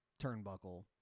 turnbuckle